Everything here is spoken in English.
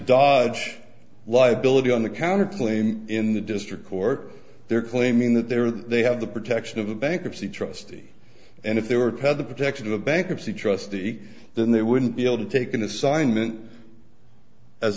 dodge liability on the counter claim in the district court they're claiming that they're they have the protection of a bankruptcy trustee and if they were paid the protection of a bankruptcy trustee then they wouldn't be able to take an assignment as